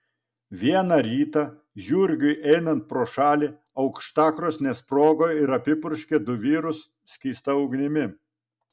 vieną rytą jurgiui einant pro šalį aukštakrosnė sprogo ir apipurškė du vyrus skysta ugnimi